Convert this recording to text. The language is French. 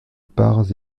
parts